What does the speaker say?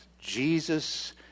Jesus